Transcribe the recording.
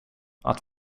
att